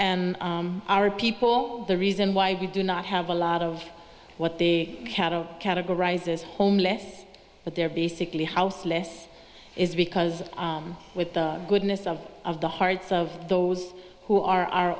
so our people the reason why we do not have a lot of what the cattle categorizes homeless but they're basically house less is because with the goodness of of the hearts of those who are